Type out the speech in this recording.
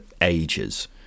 ages